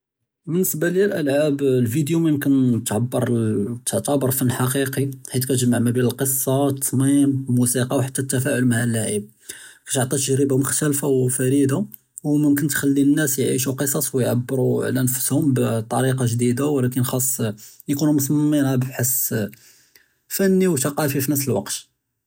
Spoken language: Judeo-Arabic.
בִּנְסְבַּה לִיָא אֶלְאַלְעַאב אֶלְפִידִיוּא יְמוּכֶּן תְּעַבֶּר תְּעַתַּבֶּר פִּן חַקִיקִי חֵית כִּתְגַ'מַּע בֵּין אֶלְקִסָּה וְאֶלְתַצְמִים וְאֶלְמוּסִיקָה וְחַתּّى אֶלְתַפָּעַל מַעַ אֶלְלֻּעְבּ, תְּמַדֶּד תַּגְרִיבָה מֻכְתַלִּיפָה וּפְרִידָה יְמוּכֶּן תְּחַלִּי נַאס יְעַיִשּׁוּ קְסָאס יְעַבְּרוּ עַל אוּנְפְּסְהוּם בִּטְרִיקָה גְ'דִידָה וּלָקִין חַאס יְקוּנוּ מֻצַּמְּמִין עַל אֶלְבַּחְת' פִּנִּי וּתַקַאוּפִּי בְּנֶפְס אֶלְוַקְת.